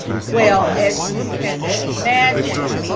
well as you can imagine,